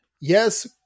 Yes